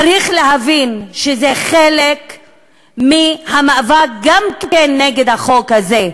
צריך להבין שזה גם כן חלק מהמאבק נגד החוק הזה.